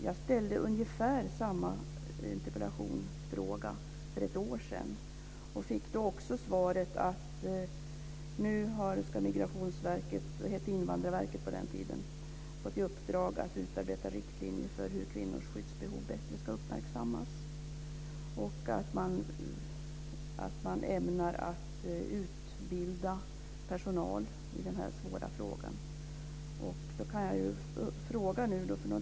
Jag ställde ungefär samma interpellation för ett år sedan och fick då svaret att Migrationsverket - det hette Invandrarverket på den tiden - hade fått i uppdrag att utarbeta riktlinjer för hur kvinnors skyddsbehov bättre skulle uppmärksammas och att man ämnade att utbilda personal i den här svåra frågan. Nu har det gått ett år.